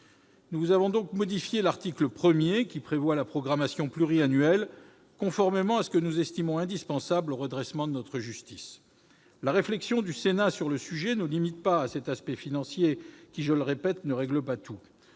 Nous avons donc modifié l'article 1 du projet de loi, qui fixe la programmation pluriannuelle, conformément à ce que nous estimons indispensable au redressement de notre justice. La réflexion du Sénat sur le sujet ne se limite pas à cet aspect financier qui, je le répète, ne règle pas tout.